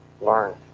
learn